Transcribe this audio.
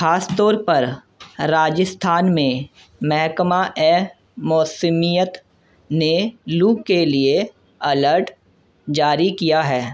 خاص طور پر راجستھان میں محکمہ موسمیات نے لو کے لیے الرٹ جاری کیا ہے